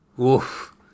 Oof